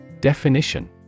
Definition